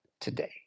today